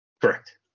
Correct